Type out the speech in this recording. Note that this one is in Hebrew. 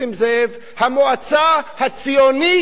המועצה הציונית הדרוזית.